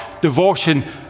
devotion